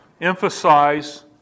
emphasize